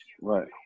Right